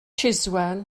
chiswell